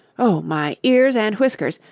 oh my ears and whiskers,